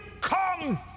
come